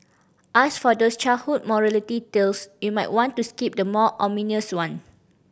as for those childhood morality tales you might want to skip the more ominous one